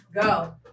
Go